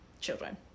children